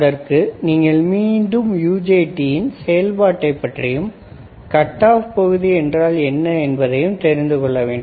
அதற்கு நீங்கள் மீண்டும் UJT இன் செயல்பாட்டை பற்றியும் கட் ஆப் பகுதி என்றால் என்ன என்பதையும் தெரிந்து கொள்ள வேண்டும்